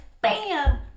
bam